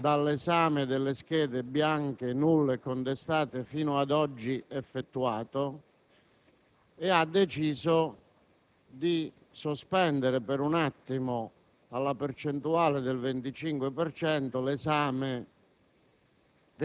dall'esame delle schede bianche, nulle e contestate fino ad oggi effettuato e ha deciso di sospendere per un attimo, alla percentuale del 25 per